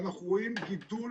ואנחנו רואים גידול